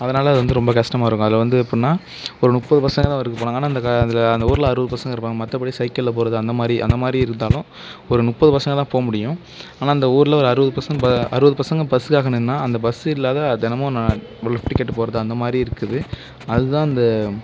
அதனால் வந்து ரொம்ப கஷ்டமாக இருக்கும் அதில் வந்து எப்புடின்னா ஒரு முப்பது பசங்க தான் வருது போகலாங்க ஆனால் இந்த அதில் அந்த ஊரில் அறுபது பசங்க இருப்பாங்க மற்றபடி சைக்கிளில் போகிறது அந்த மாதிரி அந்த மாதிரி இருந்தாலும் ஒரு முப்பது பசங்க தான் போக முடியும் ஆனால் அந்த ஊரில் ஒரு அறுபது பசங்க அறுபது பசங்க பஸ்ஸுக்காக நின்னால் அந்த பஸ்ஸு இல்லாம தினமும் நம்ம லிஃப்ட்டு கேட்டு போகிறது அந்த மாதிரி இருக்குது அது தான் அந்த